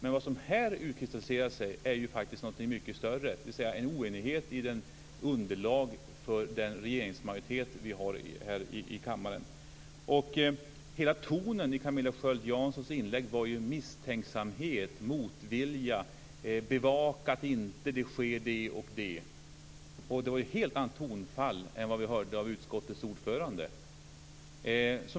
Men vad som här utkristalliserar sig är faktiskt mycket större, dvs. oenighet i underlaget för den majoritet vi har i kammaren. Tonen i hela Camilla Sköld Janssons inlägg var misstänksamhet, motvilja, bevaka så att det inte sker det och det. Det var ett helt annat tonfall än vad vi hörde från utskottets ordförande.